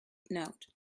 note